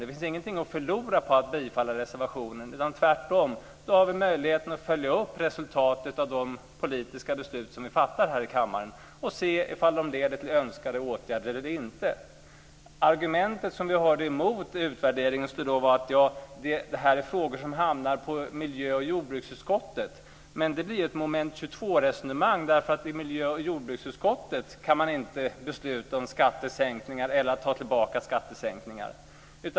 Det finns inget att förlora på att bifalla reservationen, utan då har vi tvärtom möjlighet att följa upp resultatet av de politiska beslut som vi fattar här i kammaren, och se om de leder till önskade åtgärder eller inte. Det argument som vi hörde mot en utvärdering var att det här är frågor som hamnar på miljö och jordbruksutskottet. Det blir ett moment 22 resonemang. I miljö och jordbruksutskottet kan man ju inte besluta om skattesänkningar eller ta tillbaka skattesänkningar.